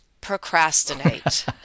procrastinate